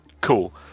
Cool